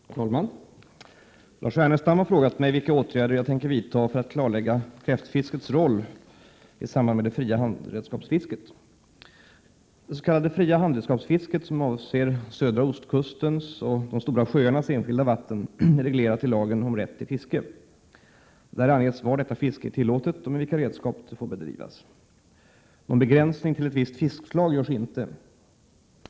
Om kräftfisket Herr talman! Lars Ernestam har frågat mig vilka åtgärder jag tänker vidta för att klarlägga kräftfiskets roll i samband med det fria handredskapsfisket. Det s.k. fria handredskapsfisket, som avser södra ostkustens och de stora sjöarnas enskilda vatten, är reglerat i lagen om rätt till fiske. Där anges var detta fiske är tillåtet och med vilka redskap det får bedrivas. Någon begränsning till visst fiskslag görs inte.